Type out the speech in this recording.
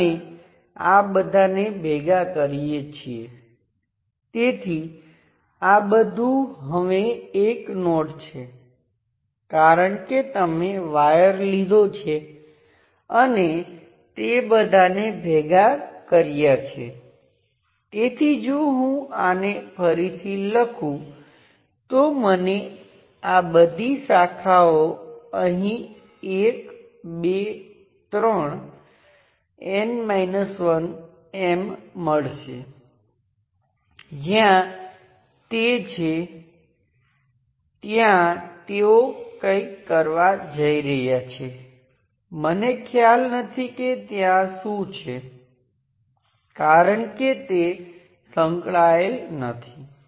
તેથી આ બંનેને ભેગાં કરવાથી આપણને શું મળે છે તેથી આ મૂળ કેસ આ બે કેસનું સુપરપોઝિશન છે અને આપણે જોયું કે આ કિસ્સામાં અહીંનો વોલ્ટેજ ઓપન સર્કિટનો Vth અથવા થેવેનિન વોલ્ટેજ સિવાય બીજું કંઈ નથી અને અહીંનો વોલ્ટેજ કંઈ નથી પરંતુ I1 × Rth જ્યાં Rth એ સર્કિટમાં તે બે ટર્મિનલ વચ્ચેનો રેઝિસ્ટન્સ છે છે